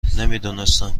نمیدونستم